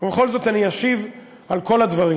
ובכל זאת, אני אשיב על כל הדברים,